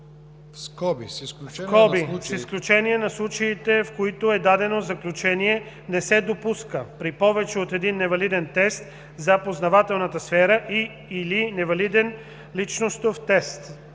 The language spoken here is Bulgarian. се добавя „(с изключение на случаите, в които е дадено заключение „Не се допуска“ при повече от един невалиден тест за познавателната сфера и/или невалиден личностов тест)“;